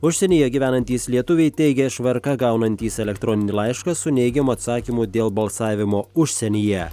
užsienyje gyvenantys lietuviai teigia iš vrk gaunantys elektroninį laišką su neigiamu atsakymu dėl balsavimo užsienyje